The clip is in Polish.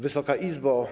Wysoka Izbo!